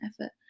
effort